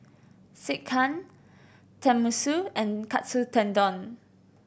Sekihan Tenmusu and Katsu Tendon